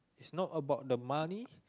it's not about the money